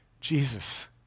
Jesus